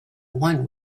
one